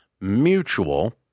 Mutual